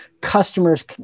customers